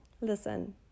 listen